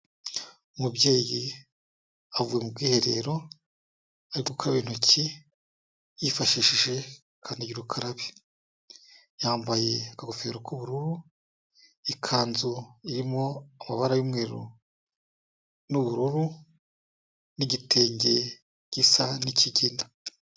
Umubyeyi avuye mu bwiherero, ari gukaraba intoki yifashishije kandagira ukarabe, yambaye akagofero k'ubururu, ikanzu irimo amabara y'umweru n'ubururu n'igitenge gisa n'ikigina.